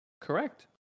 Correct